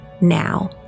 now